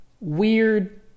weird